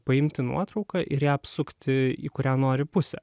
paimti nuotrauką ir ją apsukti į kurią nori pusę